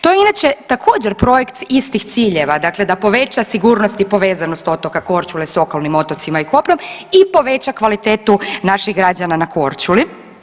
To je inače također projekt istih ciljeva dakle da poveća sigurnost i povezanost otoka Korčule sa okolnim otocima i kopnom i poveća kvalitetu naših građana na Korčuli.